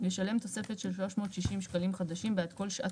ישלם תוספת של 360 שקלים חדשים בעד כל שעת